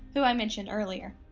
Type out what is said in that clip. who i mentioned earlier.